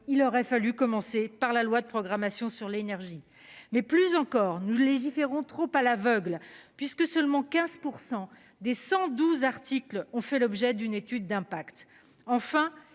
il aurait fallu commencer par la loi de programmation sur l'énergie. Mais plus encore nous légiférons trop à l'aveugle, puisque seulement 15% des 112 articles ont fait l'objet d'une étude d'impact. Enfin